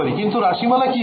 কিন্তু রাশিমালা কি হবে